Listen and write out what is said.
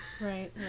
right